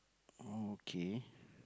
oh okay